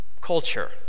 culture